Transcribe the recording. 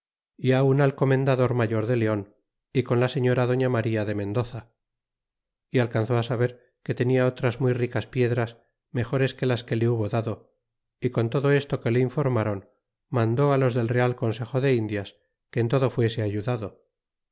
y aun al comendador mayor de leon y con la señora doña maría de mendoza y alcanzó saber que tenia otras muy ricas piedras mejores que las que le hubo dado y con todo esto que le informron mandó los del real consejo de indias que en todo fuese ayudado